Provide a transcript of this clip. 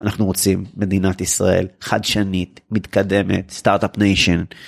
אנחנו רוצים מדינת ישראל חדשנית מתקדמת סטארט-אפ ניישן.